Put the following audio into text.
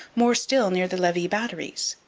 more still near the levis batteries.